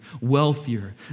wealthier